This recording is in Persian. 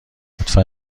لطفا